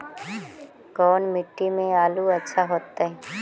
कोन मट्टी में आलु अच्छा होतै?